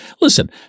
Listen